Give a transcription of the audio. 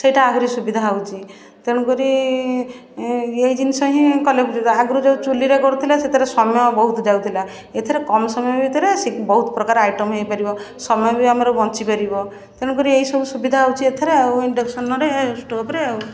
ସେଇଟା ଆହୁରି ସୁବିଧା ହେଉଛି ତେଣୁ କରି ଏହି ଜିନିଷ ହିଁ କଲେ ଆଗରୁ ଯେଉଁ ଚୁଲିରେ କରୁଥିଲେ ସେଥିରେ ସମୟ ବହୁତ ଯାଉଥିଲା ଏଥିରେ କମ୍ ସମୟ ଭିତରେ ଶିଗ ବହୁତ୍ ପ୍ରକାର ଆଇଟମ୍ ହେଇପାରିବ ସମୟ ବି ଆମର ବଞ୍ଚିପାରିବ ତେଣୁ କରି ଏହିସବୁ ସୁବିଧା ହେଉଛି ଏଥିରେ ଆଉ ଇଣ୍ଡକ୍ସନରେ ଷ୍ଟୋଭରେ ଆଉ